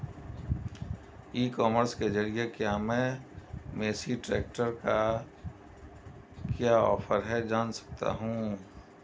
ई commerce के ज़रिए क्या मैं मेसी ट्रैक्टर का क्या ऑफर है जान सकता हूँ?